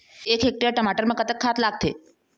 एक हेक्टेयर टमाटर म कतक खाद लागथे?